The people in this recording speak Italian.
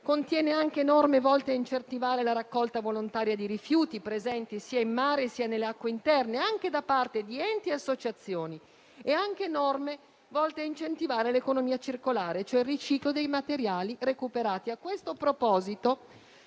contiene anche norme volte a incentivare la raccolta volontaria di rifiuti presenti sia in mare, sia nelle acque interne, anche da parte di enti e associazioni, e norme volte a incentivare l'economia circolare, ossia il riciclo dei materiali recuperati. A questo proposito